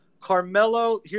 Carmelo